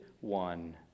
One